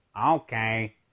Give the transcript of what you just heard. Okay